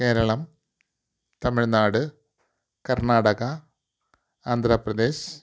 Keralam Tamil Nadu Karnataka Andhra Pradesh